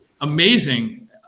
amazing